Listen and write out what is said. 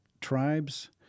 tribes